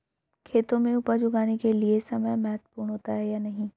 खेतों में उपज उगाने के लिये समय महत्वपूर्ण होता है या नहीं?